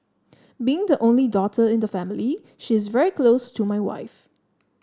being the only daughter in the family she is very close to my wife